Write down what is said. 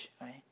right